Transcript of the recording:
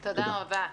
תודה.